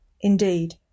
Indeed